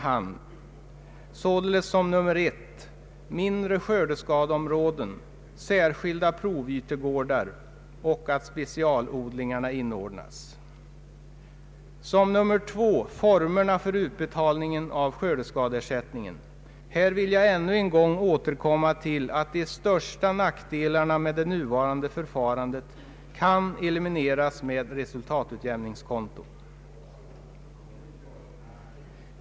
Det innebär lägre självrisk, mindre skördeskadeområden, särskilda provytegårdar och att specialodlingarna inordnas. Som nummer två kommer formerna för utbetalningen av skördeskadeersättningen. Här vill jag ännu en gång nämna att de största nackdelarna med det nuvarande förfarandet kan elimineras med resultatutjämningskontot.